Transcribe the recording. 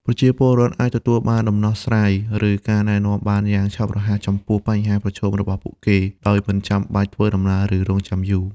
ប្រជាពលរដ្ឋអាចទទួលបានដំណោះស្រាយ ឬការណែនាំបានយ៉ាងឆាប់រហ័សចំពោះបញ្ហាប្រឈមរបស់ពួកគេ ដោយមិនចាំបាច់ធ្វើដំណើរ ឬរង់ចាំយូរ។